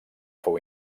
fou